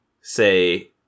say